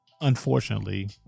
unfortunately